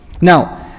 Now